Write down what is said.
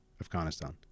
Afghanistan